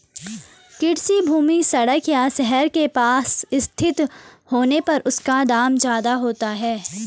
कृषि भूमि सड़क या शहर के पास स्थित होने पर उसका दाम ज्यादा होता है